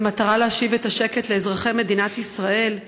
במטרה להשיב את השקט לאזרחי מדינת ישראל.